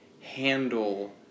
handle